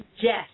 Yes